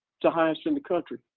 the highest in the country,